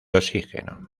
oxígeno